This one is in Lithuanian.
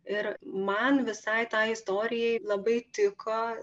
ir man visai tai istorijai labai tiko